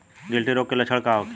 गिल्टी रोग के लक्षण का होखे?